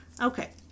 Okay